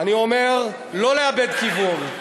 אני אומר: לא לאבד כיוון.